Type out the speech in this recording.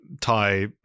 tie